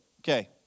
Okay